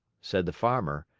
said the farmer,